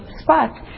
spots